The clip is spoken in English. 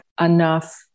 enough